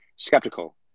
skeptical